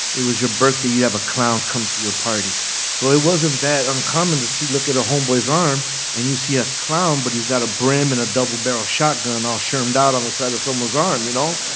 it was your birthday, you have a clown come to your party so it wasn't that uncommon to see look at a homeboy's arm and you see a clown but he's got a brim and a double-barreled shotgun all shermed out on the side of someone's arm, you know.